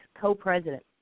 co-president